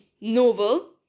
novel